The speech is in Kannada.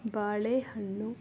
ಬಾಳೆಹಣ್ಣು